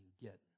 get